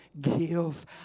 give